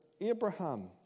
Abraham